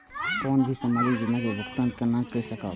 कोनो भी सामाजिक योजना के भुगतान केना कई सकब?